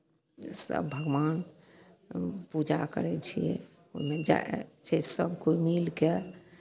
सभ भगवानके पूजा करै छियै जाइ छै सभ कोइ मिलि कऽ